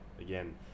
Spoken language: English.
again